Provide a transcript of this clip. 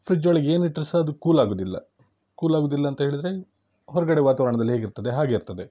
fridge ಒಳಗೆ ಏನಿಟ್ರೂ ಸಹ ಅದು ಕೂಲ್ ಆಗೋದಿಲ್ಲ ಕೂಲ್ ಆಗೋದಿಲ್ಲ ಅಂತ ಹೇಳಿದರೆ ಹೊರಗಡೆ ವಾತಾವರ್ಣದಲ್ಲಿ ಹೇಗೆ ಇರ್ತದೆ ಹಾಗೆ ಇರ್ತದೆ